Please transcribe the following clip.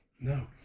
No